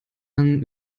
man